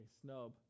snub